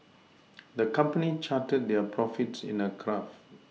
the company charted their profits in a graph